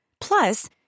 Plus